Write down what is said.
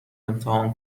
امتحان